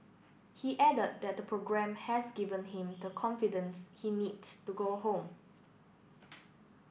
he added that the programme has given him the confidence he needs to go home